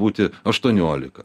būti aštuoniolika